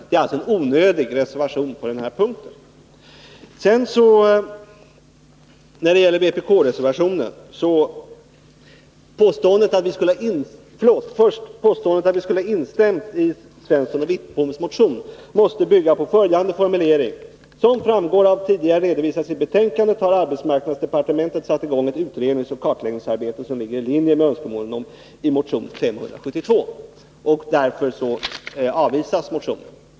Det är alltså onödigt att ha en reservation på den här punkten. Påståendet att vi skulle ha instämt i Sten Svenssons och Bengt Wittboms motion måste bygga på följande formulering: ”Som framgår av vad tidigare redovisats i betänkandet har arbetsmarknadsdepartementet satt i gång ett utredningsoch kartläggningsarbete som ligger i linje med önskemålen i motion 572.” Därför avvisar utskottet motionen.